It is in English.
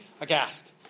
aghast